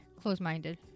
close-minded